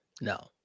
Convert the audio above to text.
No